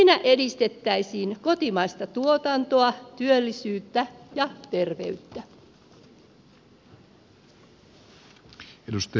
siinä edistettäisiin kotimaista tuotantoa työllisyyttä ja terveyttä